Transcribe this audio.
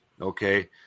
Okay